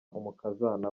umukazana